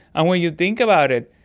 and when you think about it,